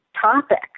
topic